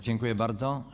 Dziękuję bardzo.